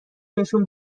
بهشون